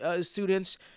students